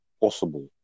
possible